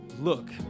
look